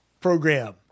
program